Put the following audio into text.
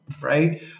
right